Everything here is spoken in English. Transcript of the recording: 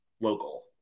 local